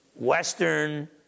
Western